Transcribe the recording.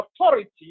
authority